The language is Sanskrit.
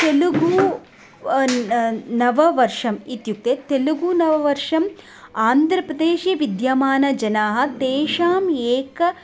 तेलुगु न् नववर्षम् इत्युक्ते तेलुगु नववर्षम् आन्ध्रप्रदेशे विद्यमानाः जनाः तेषाम् एक